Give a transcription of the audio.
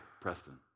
Preston